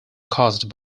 caused